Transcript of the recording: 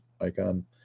icon